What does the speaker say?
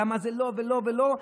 למה זה לא ולא ולא?